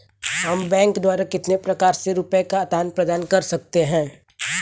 हम बैंक द्वारा कितने प्रकार से रुपये का आदान प्रदान कर सकते हैं?